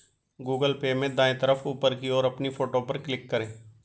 Google Pay में दाएं तरफ ऊपर की ओर अपनी फोटो पर क्लिक करें